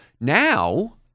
Now